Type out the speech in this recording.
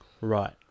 Right